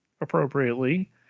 appropriately